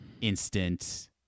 instant